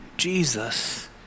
Jesus